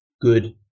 good